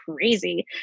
crazy